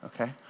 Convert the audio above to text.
okay